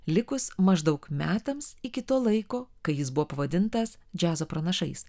likus maždaug metams iki to laiko kai jis buvo pavadintas džiazo pranašais